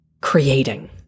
creating